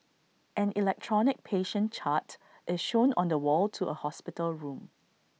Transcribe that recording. an electronic patient chart is shown on the wall to A hospital room